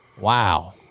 Wow